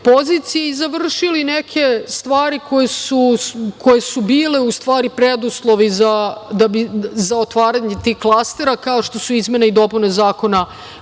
i završili neke stvari koje su bile, u stvari, preduslovi za otvaranje tih klastera, kao što su izmene i dopune Zakona